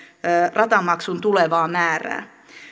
ratamaksun tulevaa määrää